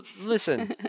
listen